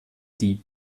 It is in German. die